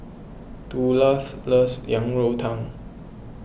Tula loves Yang Rou Tang